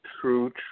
true